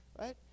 Right